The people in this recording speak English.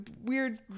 weird